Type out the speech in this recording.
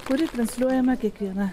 kuri transliuojama kiekvieną